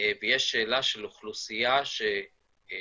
ויש שאלה של אוכלוסייה שצריכה